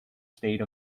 state